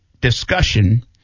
discussion